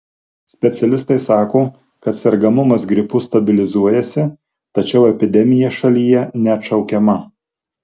specialistai sako kad sergamumas gripu stabilizuojasi tačiau epidemija šalyje neatšaukiama